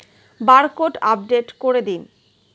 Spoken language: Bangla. বারকোড আপডেট করে দিন?